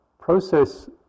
process